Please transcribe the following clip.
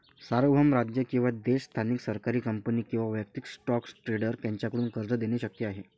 सार्वभौम राज्य किंवा देश स्थानिक सरकारी कंपनी किंवा वैयक्तिक स्टॉक ट्रेडर यांच्याकडून कर्ज देणे शक्य आहे